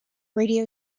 radio